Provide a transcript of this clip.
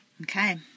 Okay